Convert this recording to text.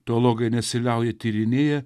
teologai nesiliauja tyrinėję